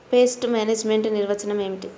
Pest management నిర్వచనం ఏమిటి?